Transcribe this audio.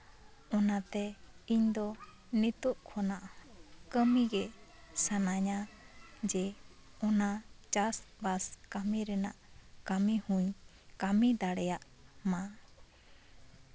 ᱚᱱᱟᱛᱮ ᱤᱧᱫᱚ ᱱᱤᱛᱚᱜ ᱠᱷᱚᱱᱟᱜ ᱠᱟᱹᱢᱤ ᱜᱮ ᱥᱟᱱᱟᱧᱟ ᱡᱮ ᱚᱱᱟ ᱪᱟᱥᱼᱵᱟᱥ ᱠᱟᱹᱢᱤ ᱨᱮᱱᱟᱜ ᱠᱟᱹᱢᱤ ᱦᱚᱧ ᱠᱟᱹᱢᱤ ᱫᱟᱲᱮᱭᱟᱜᱼᱢᱟ